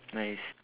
nice